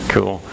Cool